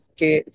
Okay